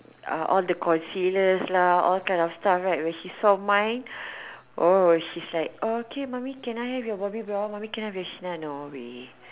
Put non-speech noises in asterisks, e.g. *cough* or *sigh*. uh all the concealers lah all kind of stuff right when she saw mine *breath* oh she's like okay Mommy can I have your Bobbybrown Mommy can I have your chanel no way